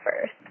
first